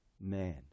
man